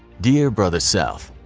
dear brother south,